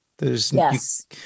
Yes